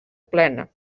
plena